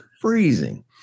freezing